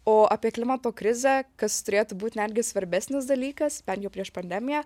o apie klimato krizę kas turėtų būt netgi svarbesnis dalykas bent jau prieš pandemiją